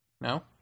No